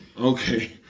Okay